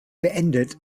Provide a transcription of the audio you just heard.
beendet